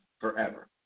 forever